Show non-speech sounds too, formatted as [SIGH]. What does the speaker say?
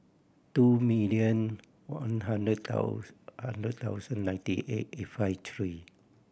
two million one hundred [UNINTELLIGIBLE] hundred thousand ninety eight eight five three